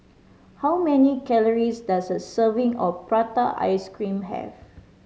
how many calories does a serving of prata ice cream have